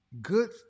good